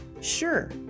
Sure